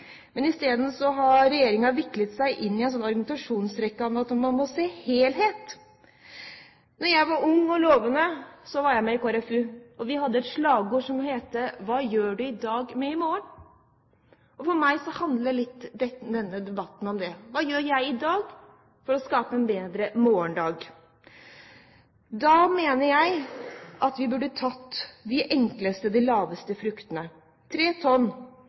Men i stedet har regjeringen viklet seg inn i en argumentasjonsrekke om at en må se helhet. Da jeg var ung og lovende, var jeg med i KrFU. Vi hadde et slagord som het: «Hva gjør du i dag med i morgen?» For meg handler denne debatten litt om det. Hva gjør jeg i dag for å skape en bedre morgendag? Da mener jeg at vi burde tatt de enkleste, de laveste, fruktene. 3 mill. tonn